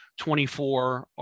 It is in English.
24